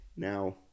Now